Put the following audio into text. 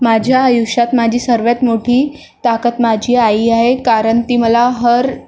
माझ्या आयुष्यात माझी सर्वात मोठी ताकद माझी आई आहे कारण ती मला हर